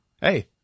Hey